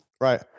Right